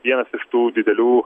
vienas iš tų didelių